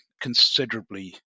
considerably